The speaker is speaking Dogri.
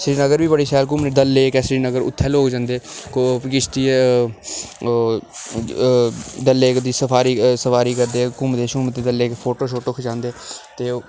श्रीनगर बड़ी शैल घूमने आह्ली डल लेक ऐ उत्थै लोक जंदे किश्ती ऐ डल दी सवारी करदे घूमदे शूमदे डल लेक फोटो शोटो खिचांदे